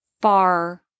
far